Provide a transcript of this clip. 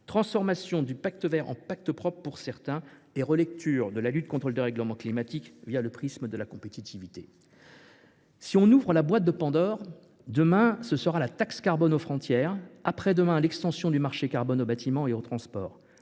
transformation du Pacte vert en pacte propre, pour certains, et relecture de la lutte contre le dérèglement climatique au travers du prisme de la compétitivité. « Si on ouvre la boîte de Pandore, demain ce sera la taxe carbone aux frontières, après demain l’extension du marché carbone aux bâtiments et aux transports…